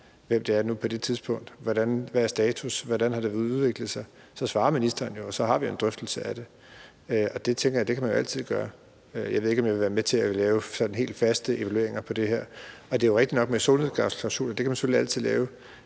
hvem end det nu er på det tidspunkt – om, hvad status er, hvordan det har udviklet sig, så svarer ministeren jo, og så har vi en drøftelse af det. Det tænker jeg at man jo altid kan gøre. Jeg ved ikke, om jeg vil være med til at lave sådan helt faste evalueringer af det her. Men det er jo rigtigt nok med solnedgangsklausuler, at man selvfølgelig altid kan